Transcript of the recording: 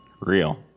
Real